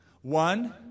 One